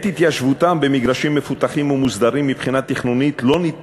את התיישבותם במגרשים מפותחים ומוסדרים מבחינה תכנונית אין